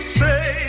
say